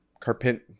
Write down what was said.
carpent